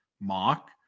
mock